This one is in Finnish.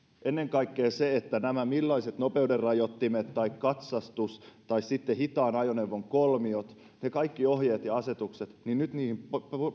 ennen kaikkea se millaiset ovat nämä nopeudenrajoittimet tai katsastus tai sitten hitaan ajoneuvon kolmiot ne kaikki ohjeet ja asetukset nyt niihin